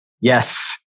yes